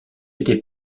été